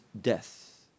death